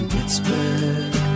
Pittsburgh